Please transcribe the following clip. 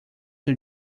two